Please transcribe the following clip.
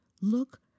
Look